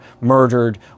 murdered